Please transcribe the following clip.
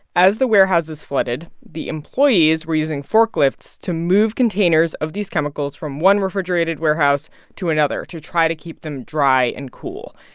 as the warehouses flooded, the employees were using forklifts to move containers of these chemicals from one refrigerated warehouse to another to try to keep them dry and cool.